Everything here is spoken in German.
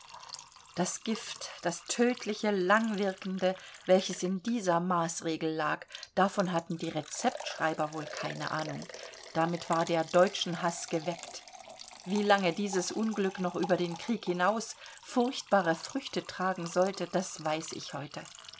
das gift das tötliche langwirkende welches in dieser maßregel lag davon hatten die rezeptschreiber wohl keine ahnung damit war der deutschenhaß geweckt wie lange dieses unglück noch über den krieg hinaus furchtbare früchte tragen sollte das weiß ich heute